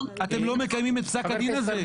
אתם לא מקיימים את פסק הדין הזה.